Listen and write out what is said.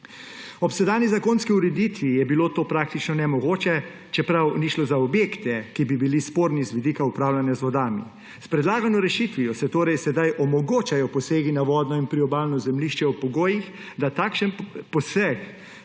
Ob sedanji zakonski ureditvi je bilo to praktično nemogoče, čeprav ni šlo za objekte, ki bi bili sporni z vidika upravljanja z vodami. S predlagano rešitvijo se torej sedaj omogočajo posegi na vodno in priobalno zemljišče ob pogojih, da takšen poseg